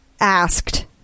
asked